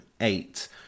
eight